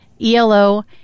ELO